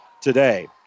today